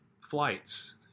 flights